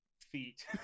feet